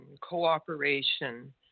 cooperation